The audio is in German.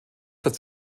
das